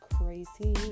crazy